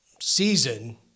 season